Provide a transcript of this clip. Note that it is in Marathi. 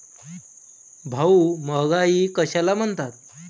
भाऊ, महागाई कशाला म्हणतात?